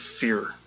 fear